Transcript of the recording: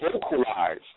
vocalize